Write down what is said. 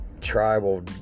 tribal